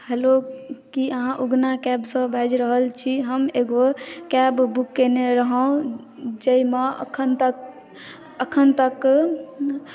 हलो कि अहाँ उगना कैबसँ बाजि रहल छी हम एगो कैब बुक कयने रहौँ जाहिमे एखन तक एखन तक